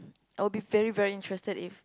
I'll be very very interested if